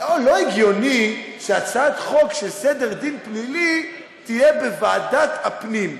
לא הגיוני שהצעת חוק של סדר דין פלילי תהיה בוועדת הפנים.